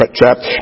trapped